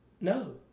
No